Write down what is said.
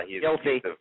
Guilty